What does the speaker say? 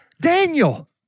Daniel